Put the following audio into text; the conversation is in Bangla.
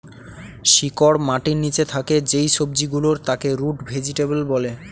শিকড় মাটির নিচে থাকে যেই সবজি গুলোর তাকে রুট ভেজিটেবল বলে